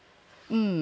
mm